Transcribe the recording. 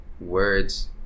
words